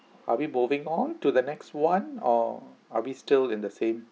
are we moving on to the next one or are we still in the same